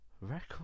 Record